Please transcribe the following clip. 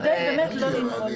כדי לא לנעול.